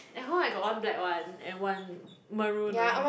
at home I got one black one and one maroon one